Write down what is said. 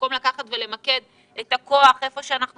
במקום לקחת ולמקד את הכוח איפה שאנחנו